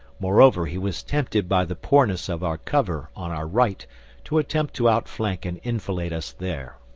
moreover, he was tempted by the poorness of our cover on our right to attempt to outflank and enfilade us there.